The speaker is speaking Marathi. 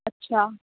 अच्छा